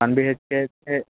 one BHK అయితే